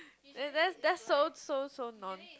it's that that's so so so non~